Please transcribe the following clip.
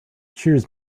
cheers